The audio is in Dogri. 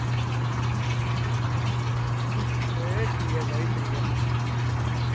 एह् ठीक ऐ शाह् जी ठीक ऐ